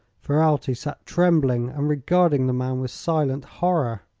ferralti sat trembling and regarding the man with silent horror.